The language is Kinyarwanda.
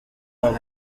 wabo